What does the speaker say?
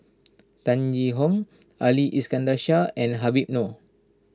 Tan Yee Hong Ali Iskandar Shah and Habib Noh